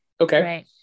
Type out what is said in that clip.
okay